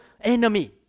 enemy